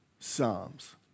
psalms